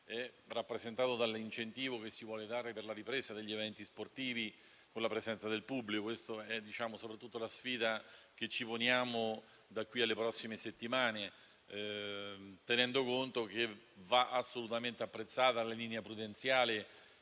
rappresentato dall'incentivo che si vuole dare alla ripresa degli eventi sportivi con la presenza del pubblico. Questa è la sfida che ci poniamo nelle prossime settimane, tenendo conto del fatto che va assolutamente apprezzata la linea prudenziale